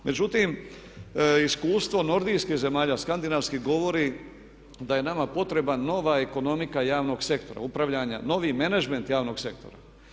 Međutim, iskustvo nordijskih zemalja, skandinavskih govori da je nama potrebna nova ekonomika javnog sektora, upravljanja, novi menadžment javnog sektora.